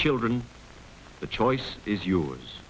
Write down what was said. children the choice is yours